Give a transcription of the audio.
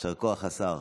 יישר כוח, השר.